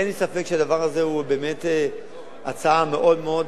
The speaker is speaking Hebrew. אין לי ספק שהדבר הזה הוא באמת הצעה מאוד מאוד